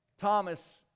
Thomas